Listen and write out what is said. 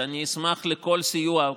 אני אשמח לכל סיוע,